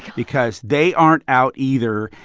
because they aren't out either,